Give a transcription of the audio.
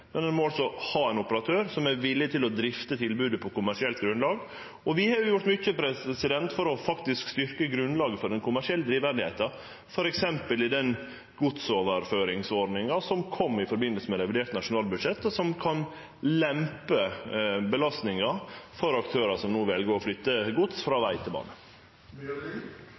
men ein må altså ha ein operatør som er villig til å drifte tilbodet på kommersielt grunnlag. Vi har gjort mykje for å styrkje grunnlaget for ei kommersiell drift, f.eks. i den godsoverføringsordninga som kom i samband med revidert nasjonalbudsjett, og som kan lempe på belastninga for aktørar som no vel å flytte gods frå veg til bane.